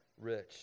rich